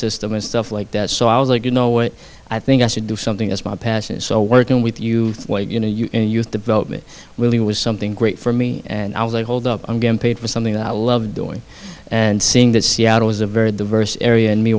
system and stuff like that so i was like you know what i think i should do something as my past so working with you you know the youth development really was something great for me and i was a hold up i'm getting paid for something that i love doing and seeing that seattle is a very diverse area and me